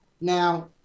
now